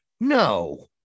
No